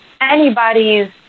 anybody's